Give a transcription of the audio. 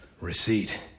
Receipt